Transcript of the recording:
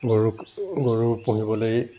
গৰুক গৰু পুহিবলৈ